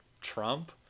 trump